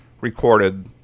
recorded